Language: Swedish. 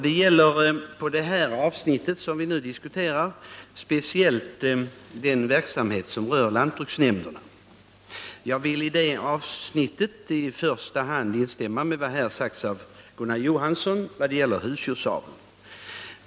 Det gäller på det avsnitt som vi nu diskuterar speciellt lantbruksnämndernas verksamhet. Jag vill därvidlag i första hand instämma i vad Gunnar Johansson sagt vad gäller husdjursaveln.